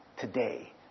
today